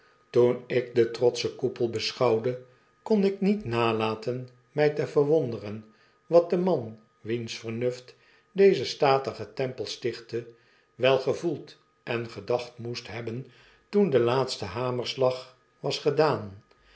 toen ik den trotschen koepel beschouwde kon ik niet nalaten mij te verwonderen wat de man wiens vernuft dezen statigen tempel stichtte wel gevoeld en gedachtmoest hebben toen de laatste hamerslag was gedaan